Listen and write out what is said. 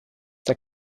der